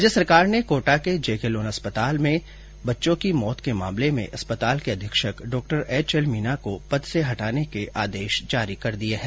राज्य सरकार ने कोटा के जेके लोन अस्पताल में बच्चों की मौत के मामले में अस्पताल के अधीक्षक डॉ एच एल मीना को पद से हटाने के आदेश जारी कर दिये है